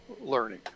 learning